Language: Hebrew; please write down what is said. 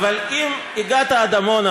אבל אם הגעת עד עמונה,